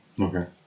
Okay